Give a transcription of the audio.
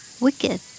Wicked